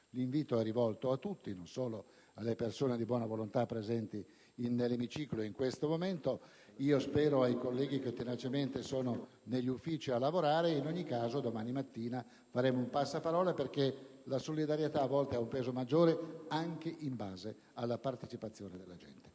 L'invito è rivolto a tutti, non solo alle persone di buona volontà presenti nell'emiciclo in questo momento, ma anche ai colleghi che tenacemente sono negli uffici a lavorare. In ogni caso, domani mattina faremo un passa parola perché a volte la solidarietà ha un peso maggiore se maggiore è la partecipazione della gente.